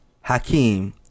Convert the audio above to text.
hakeem